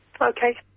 Okay